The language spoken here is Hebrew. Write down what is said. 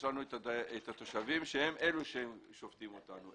יש לנו את התושבים שהם אלו ששופטים אותנו,